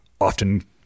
often